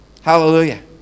Hallelujah